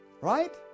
Right